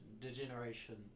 degeneration